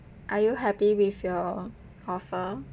are you happy with your offer